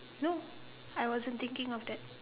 no I wasn't thinking of that